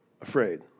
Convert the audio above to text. afraid